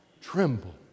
tremble